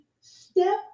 step